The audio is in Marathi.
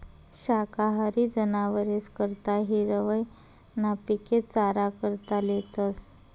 शाकाहारी जनावरेस करता हिरवय ना पिके चारा करता लेतस